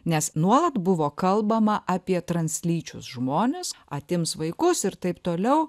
nes nuolat buvo kalbama apie translyčius žmones atims vaikus ir taip toliau